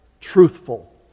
truthful